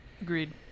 agreed